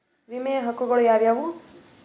ವಿಮೆಯ ಹಕ್ಕುಗಳು ಯಾವ್ಯಾವು?